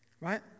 Right